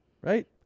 Right